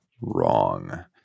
wrong